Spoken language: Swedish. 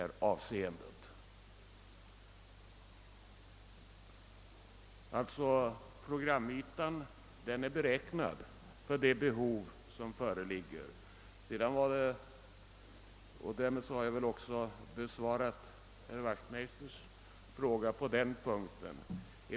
Jag upprepar att programytan är beräknad för de behov som föreligger. Därmed har jag väl också besvarat herr Wachtmeisters fråga på den punkten.